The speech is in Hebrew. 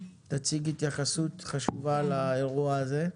תציגי התייחסות חשובה לאירוע הזה.